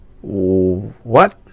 What